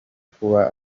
kuba